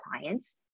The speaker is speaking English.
clients